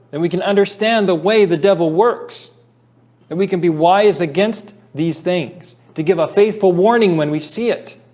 and we can understand the way the devil works that and we can be wise against these things to give a faithful warning when we see it